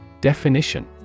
Definition